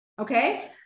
okay